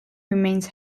remains